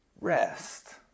Rest